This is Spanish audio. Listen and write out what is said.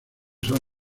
son